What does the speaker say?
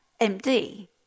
MD